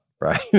right